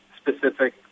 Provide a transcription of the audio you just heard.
specific